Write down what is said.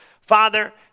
Father